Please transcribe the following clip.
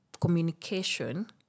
communication